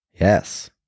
Yes